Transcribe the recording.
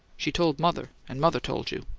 she told mother and mother told you.